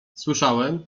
słyszałem